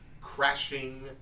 crashing